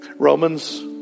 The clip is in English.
Romans